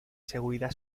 seguridad